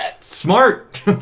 smart